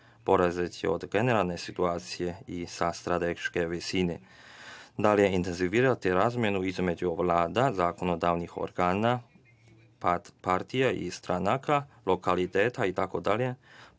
polazeći od generalne situacije i sa strateške visine. Dalje intenziviranje razmena između vlada, zakonodavnih organa, partija i stranaka, lokaliteta itd,